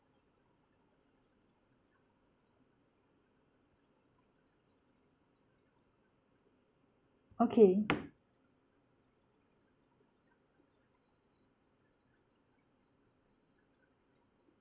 okay